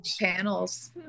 panels